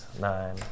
nine